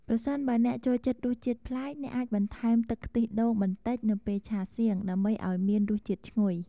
ប្រសិនបើអ្នកចូលចិត្តរសជាតិប្លែក អ្នកអាចបន្ថែមទឹកខ្ទិះដូងបន្តិចនៅពេលឆាសៀង ដើម្បីឱ្យមានរសជាតិឈ្ងុយ។